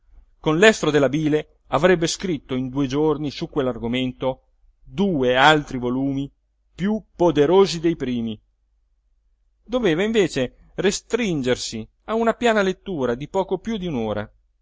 con l'estro della bile avrebbe scritto in due giorni su quell'argomento due altri volumi piú poderosi dei primi doveva invece restringersi a una piana lettura di poco piú di